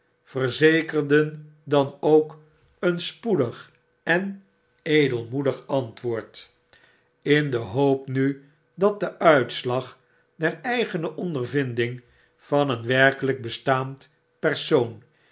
verzekerden dan ook een spoedig en edelmoedig antwoord in de hoop nu dat de uitslag der eigene ondervinding van een werkelyk bestaand persoon